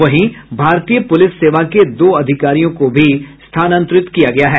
वहीं भारतीय पुलिस सेवा के दो अधिकारियों को भी भी स्थानांतरित किया गया है